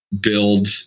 build